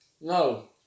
No